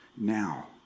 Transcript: Now